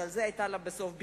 ועל זה היתה לה בסוף ביקורת.